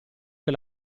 che